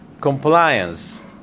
compliance